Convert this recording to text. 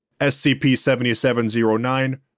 SCP-7709